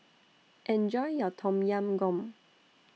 Enjoy your Tom Yam Goong